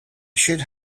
should